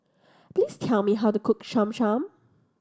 please tell me how to cook Cham Cham